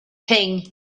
thing